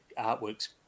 artwork's